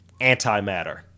Antimatter